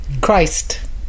Christ